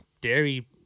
dairy